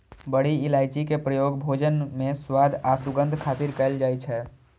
बड़ी इलायची के प्रयोग भोजन मे स्वाद आ सुगंध खातिर कैल जाइ छै